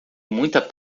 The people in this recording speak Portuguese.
muita